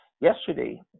Yesterday